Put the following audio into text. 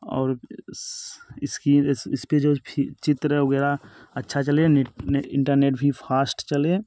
और इस्कीन इस इस पर जो भी चित्र वग़ैरह अच्छा चले नेट नेट इंटरनेट भी फास्ट चले